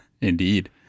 Indeed